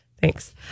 Thanks